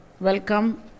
Welcome